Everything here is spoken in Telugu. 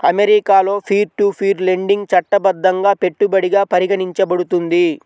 అమెరికాలో పీర్ టు పీర్ లెండింగ్ చట్టబద్ధంగా పెట్టుబడిగా పరిగణించబడుతుంది